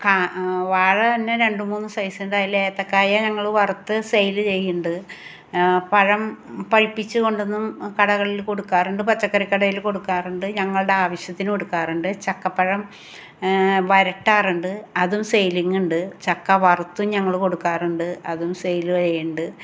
വാഴ തന്നെ രണ്ട് മൂന്ന് സൈസ് ഉണ്ട് അതിൽ ഏത്തക്കായ ഞങ്ങൾ വറുത്ത് സേയില് ചെയ്യുന്നുണ്ട്